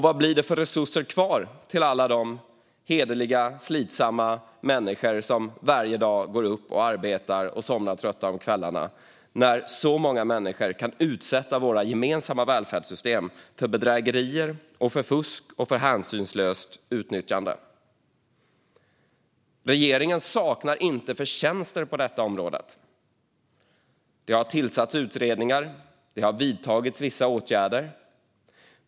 Vad blir det för resurser kvar till alla hederliga människor som varje dag går upp, arbetar och sliter och somnar trötta om kvällarna när så många människor kan utsätta våra gemensamma välfärdssystem för bedrägeri, fusk och hänsynslöst utnyttjande? Regeringen saknar inte förtjänster på detta område. Det har tillsatts utredningar och vidtagits vissa åtgärder.